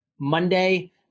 Monday